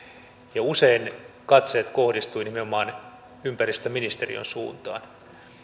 ja usein katseet kohdistuivat nimenomaan ympäristöministeriön suuntaan